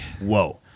whoa